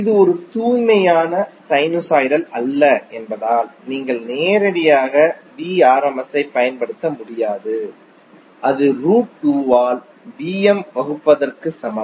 இது ஒரு தூய்மையான சைனுசாய்டல் அல்ல என்பதால் நீங்கள் நேரடியாக Vrms ஐ பயன்படுத்த முடியாது அது ரூட் 2 ஆல் Vm வகுப்பதற்குச் சமம்